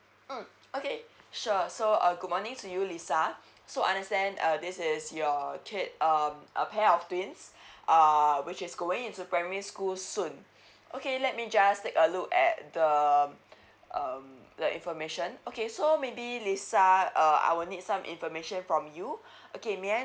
mm okay sure so uh good morning to you lisa so I understand uh this is your kid um a pair of twins err which is going into primary school soon okay let me just take a look at the um um the information okay so maybe lisa uh I will need some information from you okay may I